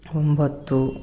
ಒಂಬತ್ತು